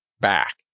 back